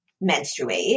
menstruate